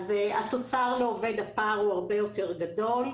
לעובד הפער הוא הרבה יותר גדול.